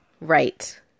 Right